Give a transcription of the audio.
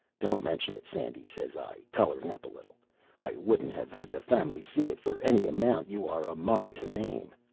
don't mention it, sandy, says i, coloring up a little i wouldn't have had the family see it for any amount you are a mind to name.